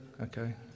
Okay